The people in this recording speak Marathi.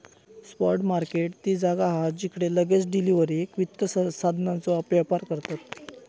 स्पॉट मार्केट ती जागा असा जिकडे लगेच डिलीवरीक वित्त साधनांचो व्यापार करतत